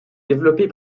développée